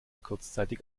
kurzzeitig